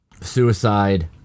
suicide